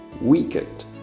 weakened